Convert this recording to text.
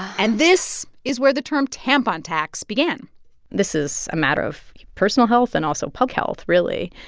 and this is where the term tampon tax began this is a matter of personal health and also public health, really.